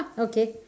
okay